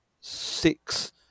six